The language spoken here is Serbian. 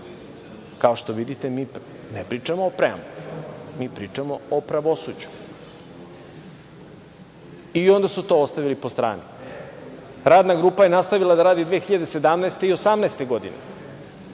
Kao što vidite, mi ne pričamo o preambuli, mi pričamo o pravosuđu, i onda su to ostavili po strani. Radna grupa je nastavila da radi 2017. i 2018. godine.